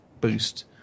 boost